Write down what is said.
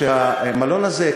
שהמלון הזה,